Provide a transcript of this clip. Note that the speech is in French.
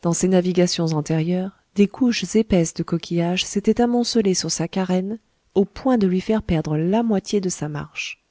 dans ses navigations antérieures des couches épaisses de coquillages s'étaient amoncelées sur sa carène au point de lui faire perdre la moitié de sa marche